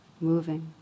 moving